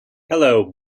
hello